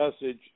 message